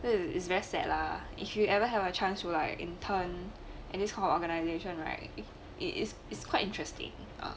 eh is very sad lah if you ever have a chance to like intern in this kind of organization right is is quite interesting ah